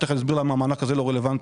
ותכף אני אסביר למה המענק הזה לא רלוונטי.